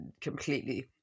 completely